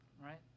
right